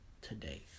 today